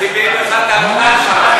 ציפי לבני עשתה את העבודה שלה,